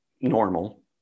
normal